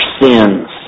sins